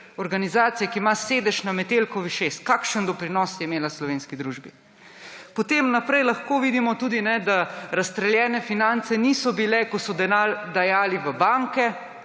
organizacije, ki ima sedež na Metelkovi 6, kakšen doprinos je imela v slovenski družbi! Potem naprej lahko vidimo tudi, da razstreljene finance niso bile, ko so denar dajali v banke,